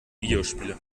videospiele